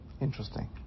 Interesting